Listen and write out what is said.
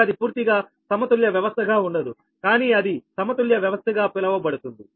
కనుక అది పూర్తిగా సమతుల్య వ్యవస్థ గా ఉండదు కానీ అది సమతుల్య వ్యవస్థ గా పిలవబడుతుంది